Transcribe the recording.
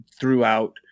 throughout